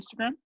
Instagram